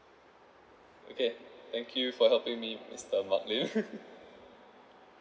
okay thank you for helping me mister mark lim